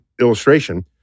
illustration